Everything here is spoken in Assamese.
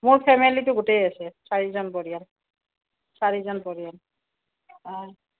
মোৰ ফেমিলীটো গোটেই আছে চাৰিজন পৰিয়াল চাৰিজন পৰিয়াল অঁ